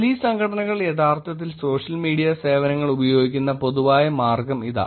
police സംഘടനകൾ യഥാർത്ഥത്തിൽ social media സേവനങ്ങൾ ഉപയോഗിക്കുന്ന പൊതുവായ മാർഗം ഇതാ